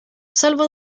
salvo